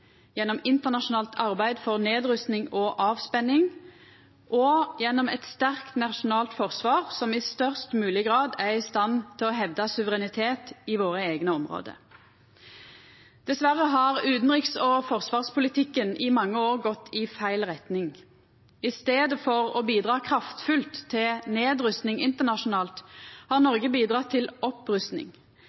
gjennom internasjonalt arbeid for nedrusting og avspenning og gjennom eit sterkt nasjonalt forsvar som i størst mogleg grad er i stand til å hevda suverenitet i våre eigne område. Dessverre har utanriks- og forsvarspolitikken i mange år gått i feil retning. I staden for å bidra kraftfullt til nedrusting internasjonalt har Noreg bidratt til opprusting.